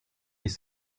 les